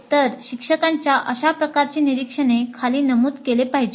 तर शिक्षकांच्या अशा प्रकारची निरीक्षणे खाली नमूद केली पाहिजेत